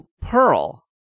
Pearl